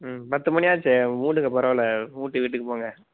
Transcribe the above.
ம் பத்து மணியாச்சு மூடுங்கள் பரவாயில்ல மூடிட்டு வீட்டுக்குப் போங்கள்